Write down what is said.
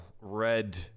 red